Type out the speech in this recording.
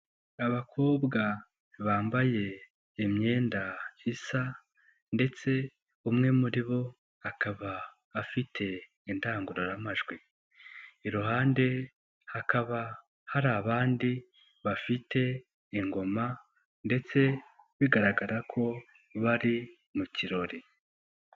Abakobwa bambaye imyenda isa ndetse umwe muri bo akaba afite indangururamajwi. Iruhande hakaba hari abandi bafite ingoma ndetse bigaragara ko bari mu kirori.